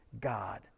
God